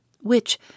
which